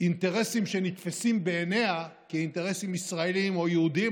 אינטרסים שנתפסים בעיניה כאינטרסים ישראליים או יהודיים,